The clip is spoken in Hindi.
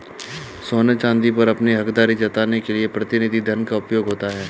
सोने चांदी पर अपनी हकदारी जताने के लिए प्रतिनिधि धन का उपयोग होता है